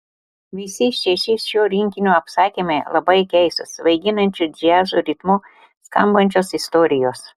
visi šeši šio rinkinio apsakymai labai keistos svaiginančiu džiazo ritmu skambančios istorijos